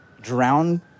drown